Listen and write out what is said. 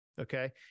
Okay